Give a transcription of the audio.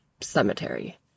cemetery